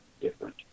different